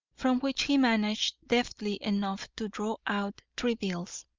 from which he managed deftly enough to draw out three bills.